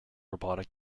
robotic